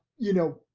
you know,